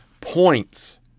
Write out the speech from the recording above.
points